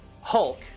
Hulk